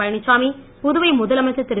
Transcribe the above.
பழனிச்சாமி புதுவை முதலமைச்சர் திரு